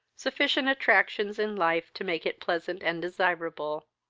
sufficient attractions in life to make it pleasant and desirable,